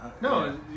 No